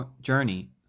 journey